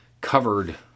covered